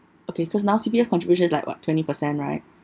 okay cause now C_P_F contributions is like what twenty percent right